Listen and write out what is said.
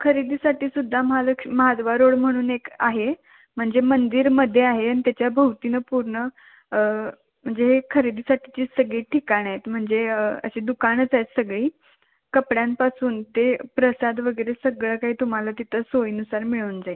खरेदीसाठीसुद्धा महालक्ष्मी माद्वा रोड म्हणून एक आहे म्हणजे मंदिरमध्ये आहे आणि त्याच्या भोवतीनं पूर्ण म्हणजे हे खरेदीसाठीची सगळी ठिकाणं आहेत म्हणजे अशी दुकानंच आहेत सगळी कपड्यांपासून ते प्रसाद वगैरे सगळं काही तुम्हाला तिथं सोईनुसार मिळून जाईल